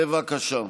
בבקשה.